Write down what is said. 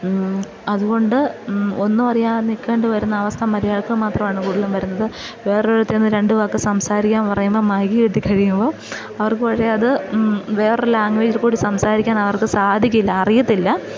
അതുകൊണ്ട് ഒന്നും അറിയാതെ നിൽക്കേണ്ടി വരുന്ന അവസ്ഥ മലയാളികൾക്ക് മാത്രമാണ് കൂടുതലും വരുന്നത് വേറൊരിടത്തു ചെന്ന് രണ്ടു വാക്ക് സംസാരിക്കാൻ പറയുമ്പം മൈക്ക് കിട്ടി കഴിയുമ്പോൾ അവർക്ക് വളരെ അത് വേറെ ലാംഗ്വേജ് കൂടി സംസാരിക്കാനവർക്കു സാധിക്കില്ല അറിയത്തില്ല